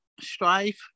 strife